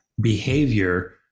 behavior